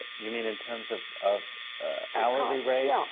ah you mean, in terms of of hourly rates?